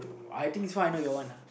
I think so I know your one uh